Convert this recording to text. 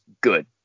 good